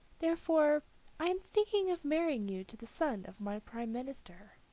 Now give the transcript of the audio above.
therefore i am thinking of marrying you to the son of my prime minister.